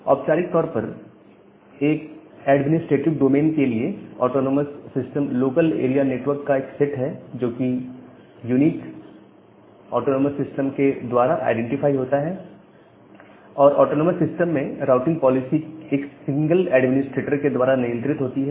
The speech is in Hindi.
औपचारिक तौर पर एक एडमिनिस्ट्रेटिव डोमेन के लिए autonomous system local area network का एक सेट है जोकि एक अद्वितीय ऑटोनॉमस सिस्टम नंबर के द्वारा आईडेंटिफाई होता है और ऑटोनॉमस सिस्टम में राउटिंग पॉलिसी एक सिंगल एडमिनिस्ट्रेटर के द्वारा नियंत्रित होती हैं